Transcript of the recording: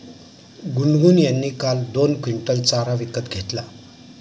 गुनगुन यांनी काल दोन क्विंटल चारा विकत घेतला